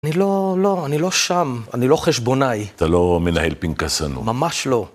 אני לא, לא, אני לא שם, אני לא חשבונאי. אתה לא מנהל פנקסנות. ממש לא.